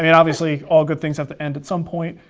and obviously, all good things have to end at some point,